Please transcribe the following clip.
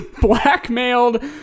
blackmailed